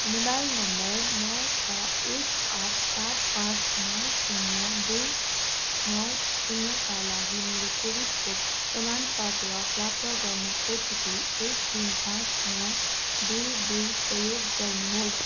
mobile number नौ छ एक आठ सात पाँच नौ शून्य दुई नौ शून्यका लागि मेरो खोप प्रमाणपत्र प्राप्त गर्न ओटिपी एक तिन पाँच नौ दुई दुई प्रयोग गर्नुहोस्